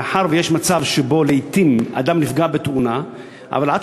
מאחר שיש מצב שבו אדם נפגע בתאונה אבל עד